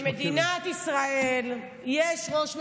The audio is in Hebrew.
חברים, במדינת ישראל יש ראש ממשלה,